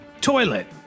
Toilet